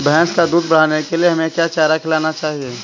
भैंस का दूध बढ़ाने के लिए हमें क्या चारा खिलाना चाहिए?